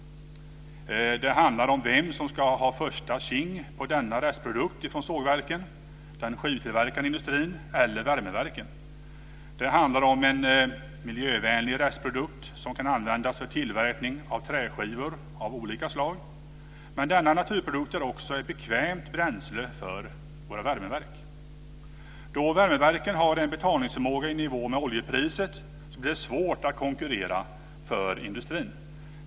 Det handlar om vem som ska ha första tjing på denna restprodukt från sågverken, den skivtillverkande industrin eller värmeverken. Det handlar om en miljövänlig restprodukt som kan användas för tillverkning av träskivor av olika slag. Men denna naturprodukt är också ett bekvämt bränsle för våra värmeverk. Då värmeverkan har en betalningsförmåga i nivå med oljepriset blir det svårt att konkurrera för industrin.